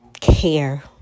care